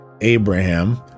Abraham